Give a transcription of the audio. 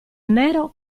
nero